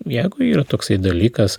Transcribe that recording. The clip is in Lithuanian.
jeigu yra toksai dalykas